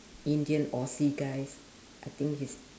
indian aussie guys I think he's